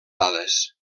dades